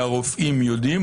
אולי הרופאים יודעים,